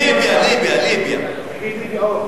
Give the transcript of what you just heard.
ליביה, ליביה, ליביה.